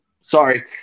sorry